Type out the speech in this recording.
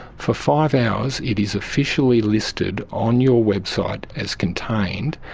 for five hours it is officially listed on your website as contained,